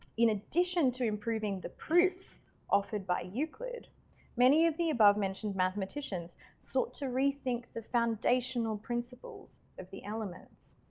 in addition to improving the proofs offered by euclid many of the above-mentioned mathematicians sought to rethink the foundational principles of the elements.